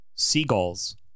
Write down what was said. Seagulls